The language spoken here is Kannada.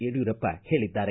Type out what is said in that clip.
ಯಡಿಯೂರಪ್ಪ ಹೇಳಿದ್ದಾರೆ